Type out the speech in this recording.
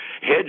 hedge